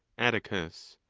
atticus.